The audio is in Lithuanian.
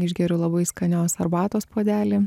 išgeriu labai skanios arbatos puodelį